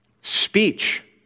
speech